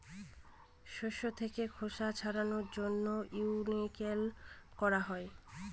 শস্য থাকে খোসা ছাড়ানোর জন্য উইনউইং করা হয়